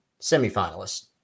semifinalists